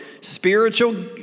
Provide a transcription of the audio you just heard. spiritual